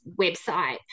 website